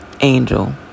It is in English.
angel